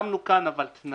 אבל שמנו כאן תנאי,